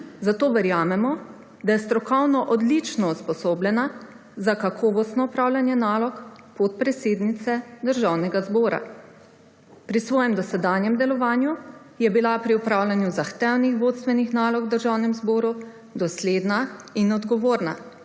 zato verjamemo, da je strokovno odlično usposobljena za kakovostno opravljanje nalog podpredsednice Državnega zbora. Pri svojem dosedanjem delovanju je bila pri opravljanju zahtevnih vodstvenih nalog v Državnem zboru dosledna in odgovorna.